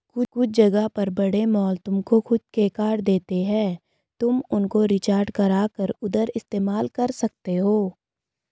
कुछ जगह पर बड़े मॉल तुमको खुद के कार्ड देते हैं तुम उनको रिचार्ज करा कर उधर इस्तेमाल कर सकते हो